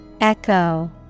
Echo